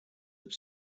have